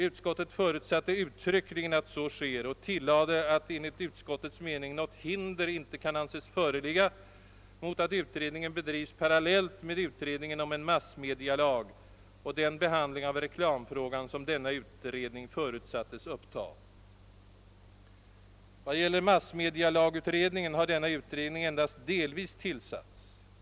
Utskottet förutsatte uttryckligen att så sker och tillade att enligt utskottets mening något hinder inte kan anses föreligga mot att utredningen bedrivs parallellt med utredningen om en massmedialag och den behandling av reklamfrågan, som denna utredning förutsattes uppta. Vad gäller massmedialagutredningen har denna utredning endast delvis tillsatts.